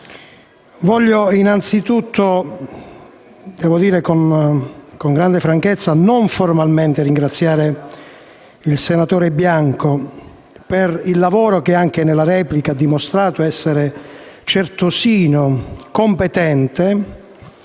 voglio innanzi tutto - devo dire con grande franchezza - non formalmente ringraziare il senatore Bianco per il lavoro che, anche nella replica, ha dimostrato essere certosino, competente.